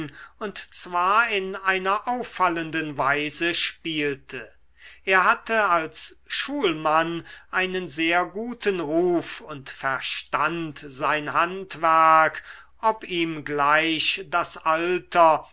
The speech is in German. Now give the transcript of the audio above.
und zwar in einer auffallenden weise spielte er hatte als schulmann einen sehr guten ruf und verstand sein handwerk ob ihm gleich das alter